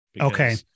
okay